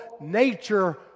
nature